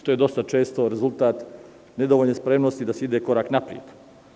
To je dosta često rezultat nedovoljne spremnosti da se ide korak napred.